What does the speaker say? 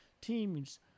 teams